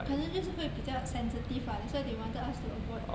可能就是会比较 sensitive ah that's why they wanted us to avoid